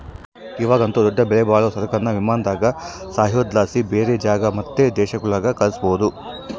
ಇವಾಗಂತೂ ದೊಡ್ಡ ಬೆಲೆಬಾಳೋ ಸರಕುನ್ನ ವಿಮಾನದ ಸಹಾಯುದ್ಲಾಸಿ ಬ್ಯಾರೆ ಜಾಗ ಮತ್ತೆ ದೇಶಗುಳ್ಗೆ ಕಳಿಸ್ಬೋದು